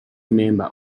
member